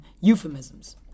euphemisms